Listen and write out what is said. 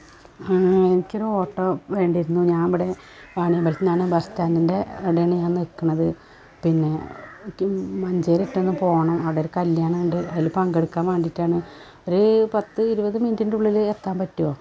എനിക്ക് ഒരു ഓട്ടോ വേണ്ടിയിരുന്നു ഞാൻ ഇവിടെ വാണിയമ്പലത്തിൽ നീന്നാണ് ബസ് സ്റ്റാൻഡിൻ്റെ അവിടെയാണ് ഞാൻ നിൽക്കുന്നത് പിന്നെ എനിക്ക് മഞ്ചേരി അടുത്തൊന്ന് പോവണം അവിടെ ഒരു കല്യാണം ഉണ്ട് അതിൽ പങ്കെടുക്കാൻ വേണ്ടിയിട്ടാണ് ഒരു പത്ത് ഇരുപത് മിനുട്ടിൻ്റെ ഉള്ളിൽ എത്താൻ പറ്റുമോ